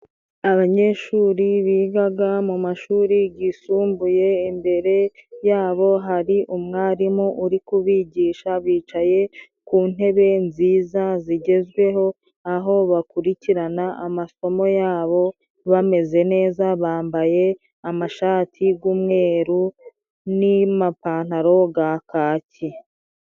Abanyeshuri bigaga mu mashuri gisumbuye imbere yabo hari umwarimu uri kubigisha bicaye ku ntebe nziza zigezweho aho bakurikirana amasomo yabo bameze neza bambaye amashati g'umweru ,n'imapantaro ga kaki.